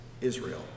Israel